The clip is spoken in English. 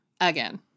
again